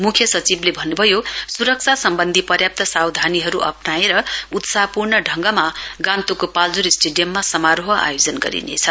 मुख्य सचिवले भन्नुभयो सुरक्षा सम्वन्धी पर्याप्त सावधानीहरू अप्नाएर उत्साह पूर्ण ढंगमा गान्तोकको पाल्जोर स्टेडियममा समारोह आयोजन गरिनेछ